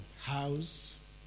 house